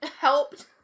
helped-